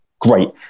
Great